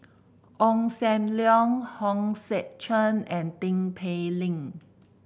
Ong Sam Leong Hong Sek Chern and Tin Pei Ling